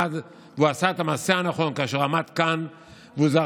עשה את המעשה הנכון כאשר עמד כאן וזרק